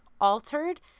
altered